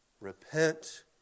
Repent